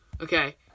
Okay